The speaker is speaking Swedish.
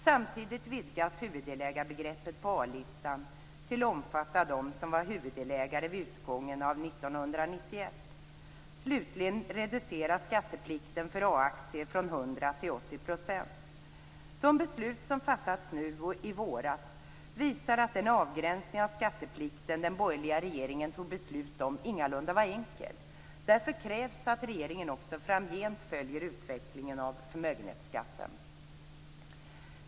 Samtidigt vidgas huvuddelägarbegreppet på A-listan till att omfatta dem som var huvuddelägare vid utgången av 1991. Slutligen reduceras skatteplikten för A-aktier från 100 till 80 %. De beslut som fattats nu och i våras visar att den avgränsning av skatteplikten den borgerliga regeringen fattade beslut om ingalunda var enkel. Därför krävs att regeringen också framgent följer utvecklingen av förmögenhetsskatten.